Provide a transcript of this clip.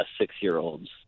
six-year-olds